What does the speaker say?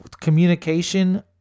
communication